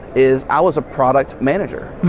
is i was a product manager.